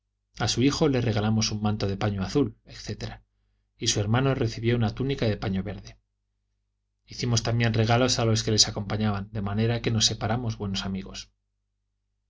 a su hijo le regalamos un manto de paño azul etc y su hermano recibió una túnica de paño verde hicimos también regalos a los que les acompañaban de manera que nos separamos buenos amigos